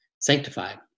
sanctified